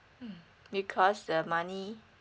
mmhmm because the money